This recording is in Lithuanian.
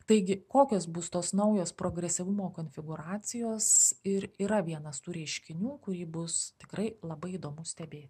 taigi kokios bus tos naujos progresyvumo konfigūracijos ir yra vienas tų reiškinių kurį bus tikrai labai įdomu stebėti